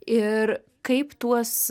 ir kaip tuos